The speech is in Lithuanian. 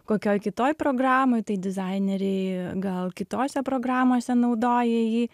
kokioj kitoj programoj tai dizaineriai gal kitose programose naudoja jį